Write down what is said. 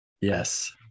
Yes